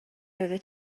oeddet